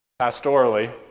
Pastorally